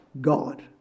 God